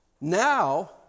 Now